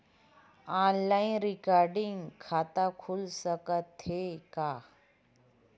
Online recurring खाता खुल सकथे का?